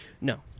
No